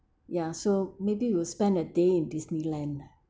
ya so maybe we'll spend a day in Disneyland